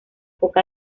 poca